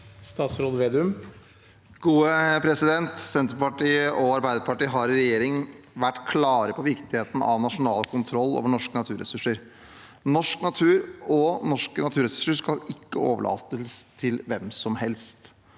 Slagsvold Vedum Sen- terpartiet og Arbeiderpartiet har i regjering vært klare på viktigheten av nasjonal kontroll over norske naturressurser. Norsk natur og norske naturressurser skal ikke overlates til hvem som helst.